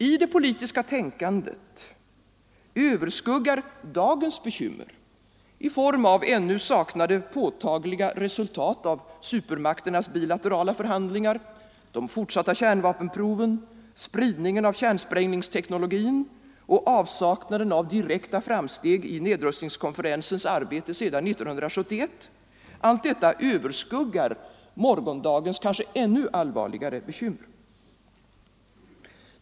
I det politiska tänkandet överskuggar dagens bekymmer — i form av ännu saknade påtagliga resultat av supermakternas bilaterala förhandlingar, de fortsatta kärnvapenproven, spridningen av kärnsprängningsteknologin och avsaknaden av direkta framsteg i nedrustningskonferensen arbete sedan 1971 —- morgondagens kanske än allvarligare bekymmer.